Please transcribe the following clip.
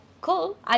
cool